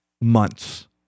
months